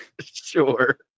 Sure